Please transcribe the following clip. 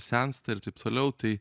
sensta ir taip toliau tai